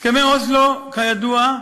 בהסכמו אוסלו, כידוע,